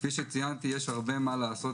כפי שציינתי יש הרבה מה לעשות,